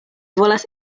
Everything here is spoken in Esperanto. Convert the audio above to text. volas